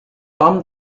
tom